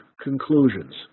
conclusions